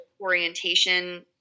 orientation